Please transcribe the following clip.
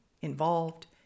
involved